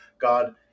God